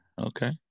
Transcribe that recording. Okay